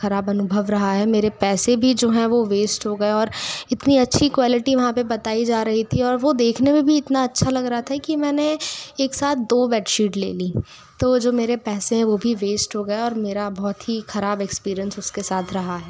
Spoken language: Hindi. ख़राब अनुभव रहा है मेरे पैसे भी जो हैं वह वेस्ट हो गए और इतनी अच्छी क्वेलिटी वहाँ पर बताई जा रही थी और वह देखने में भी इतना अच्छा लग रहा था कि मैंने एक साथ दो बेडशीट लेली तो जो मेरे पैसे हैं वह भी वेस्ट हो गए और मेरा बहुत ही ख़राब एक्सपीरियेंस उसके साथ रहा है